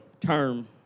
term